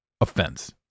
offense